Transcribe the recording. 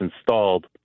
installed